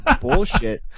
bullshit